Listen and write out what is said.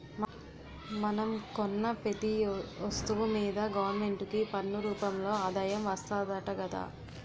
మనం కొన్న పెతీ ఒస్తువు మీదా గవరమెంటుకి పన్ను రూపంలో ఆదాయం వస్తాదట గదా